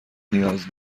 نیاز